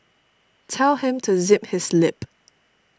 tell him to zip his lip